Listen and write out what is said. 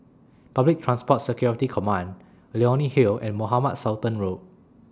Public Transport Security Command Leonie Hill and Mohamed Sultan Road